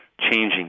changing